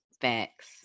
Facts